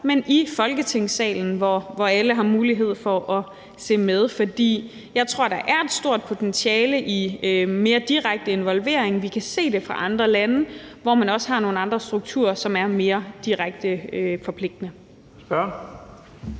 men i Folketingssalen, hvor alle har mulighed for at se med. For jeg tror, der er et stort potentiale i mere direkte involvering. Vi kan se det i andre lande, hvor man også har nogle andre strukturer, som er mere direkte forpligtende.